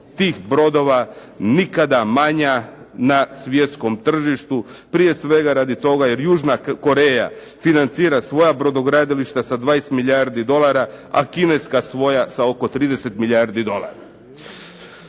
tih brodova nikada manja na svjetskom tržištu, prije svega radi toga jer Južna Koreja financira svoja brodogradilišta sa 20 milijardi dolara, a Kineska svoja sa oko 30 milijardi dolara.